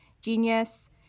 genius